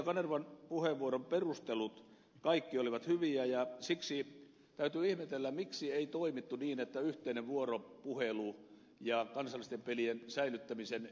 kanervan puheenvuoron perustelut kaikki olivat hyviä ja siksi täytyy ihmetellä miksi ei toimittu niin että yhteinen vuoropuhelu ja tämmöinen kansallisten tilien säilyttämiseen